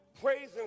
praising